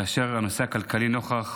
כאשר הנושא הכלכלי נוכח